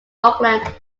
oakland